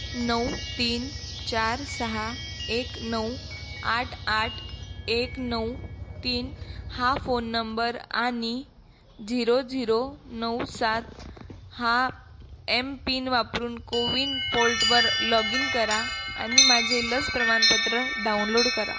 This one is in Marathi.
नऊ तीन चार सहा एक नऊ आठ आठ एक नऊ तीन हा फोन नंबर आणि झिरो झिरो नऊ सात हा एम पिन वापरून कोविन पोल्टवर लॉग इन करा आणि माझे लस प्रमाणपत्र डाउनलोड करा